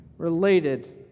related